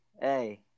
hey